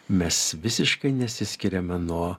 mes visiškai nesiskiriame nuo